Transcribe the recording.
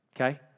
okay